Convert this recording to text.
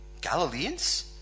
Galileans